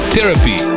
Therapy